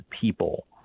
people